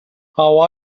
how